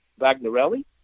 Vagnarelli